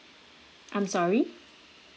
I'm sorry